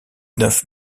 neuf